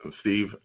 Steve